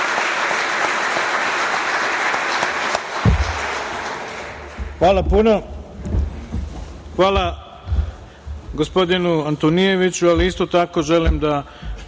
puno. Hvala gospodinu Antonijeviću, ali isto tako želim da